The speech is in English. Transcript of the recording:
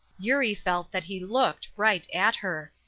eurie felt that he looked right at her.